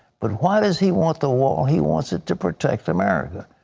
but why does he want the wall? he wanted to protect america.